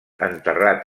enterrat